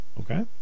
Okay